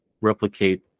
replicate